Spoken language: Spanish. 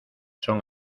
son